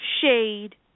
shade